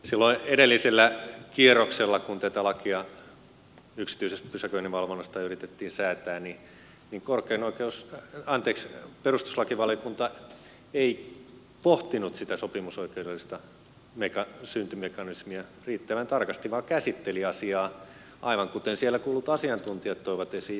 silloin edellisellä kierroksella kun tätä lakia yksityisestä pysäköinninvalvonnasta yritettiin säätää perustuslakivaliokunta ei pohtinut sitä sopimusoikeudellista syntymekanismia riittävän tarkasti vaan käsitteli asiaa aivan kuten siellä kuullut asiantuntijat toivat esiin julkisoikeudellisesta lähtökohdasta